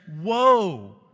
woe